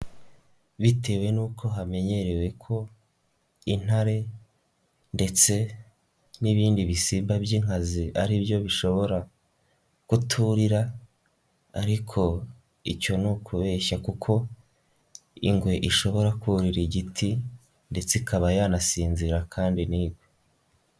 Bitewe n'uko hamenyerewe ko intare, ndetse n'ibindi bisimba by'inkazi ari byo bishobora kuturira, ariko icyo ni ukubeshya kuko ingwe ishobora kora igiti, ndetse ikaba yanasinzira kandi ntigwe.